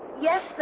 Yes